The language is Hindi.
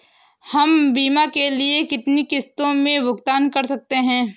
हम बीमा के लिए कितनी किश्तों में भुगतान कर सकते हैं?